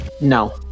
no